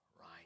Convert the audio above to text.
right